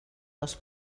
dels